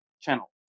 channel